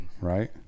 right